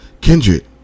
Kindred